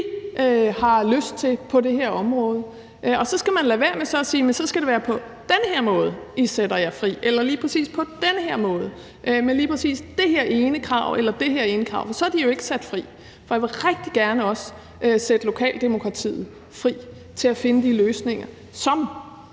har lyst til, på det her område. Og så skal man lade være med at sige: Så skal det være på den her måde, I sætter jer fri, eller lige præcis på den her måde med lige præcis det her ene krav eller det her andet krav; for så er de jo ikke sat fri. Jeg vil også rigtig gerne sætte lokaldemokratiet fri til at finde de løsninger, som